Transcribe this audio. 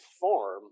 farm